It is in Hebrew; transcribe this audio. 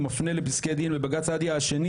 הוא מפנה לפסקי דין בבג"ץ סעדיה השני